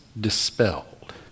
dispelled